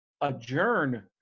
adjourn